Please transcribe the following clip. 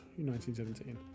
1917